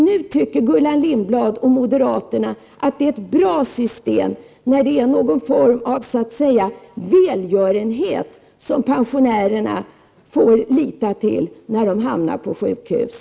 Nu tycker Gullan Lindblad och moderaterna att det är ett bra system, när pensionärer som hamnar på sjukhus får lita till vad som kan kallas någon form av välgörenhet.